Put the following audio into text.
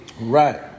Right